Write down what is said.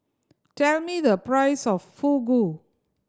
tell me the price of Fugu